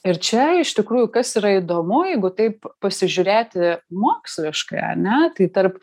ir čia iš tikrųjų kas yra įdomu jeigu taip pasižiūrėti moksliškai ane tai tarp